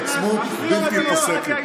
יוצאים מאולם המליאה.) באמצעות התעצמות בלתי פוסקת.